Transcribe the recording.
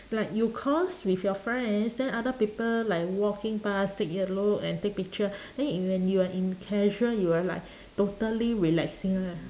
like you cos with your friends then other people like walking past take a look and take picture then in when you're in casual you will like totally relaxing lah